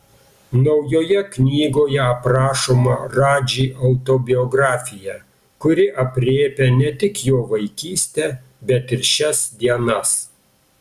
naujoje knygoje aprašoma radži autobiografija kuri aprėpia ne tik jo vaikystę bet ir šias dienas